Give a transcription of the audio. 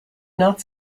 not